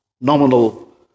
nominal